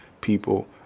people